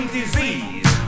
disease